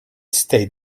state